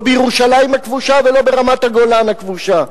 בירושלים הכבושה ולא ברמת-הגולן הכבושה.